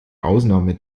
ausnahme